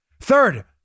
Third